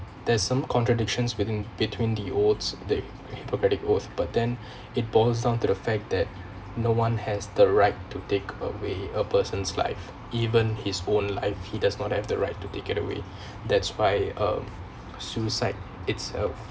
there's some contradictions within between the oaths that hippocratic oath but then it boils down to the fact that no one has the right to take away a person's life even his own life he does not have the right to take it away that's why uh suicide itself